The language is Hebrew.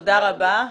תודה רבה.